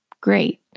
Great